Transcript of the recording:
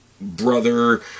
brother